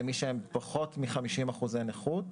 למי שהם פחות מ-50% נכות.